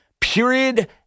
Period